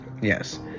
yes